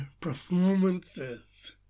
performances